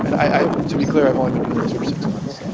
but i mean to be clear. i've only been doing this for six months.